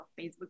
Facebook